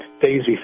daisy